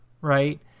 right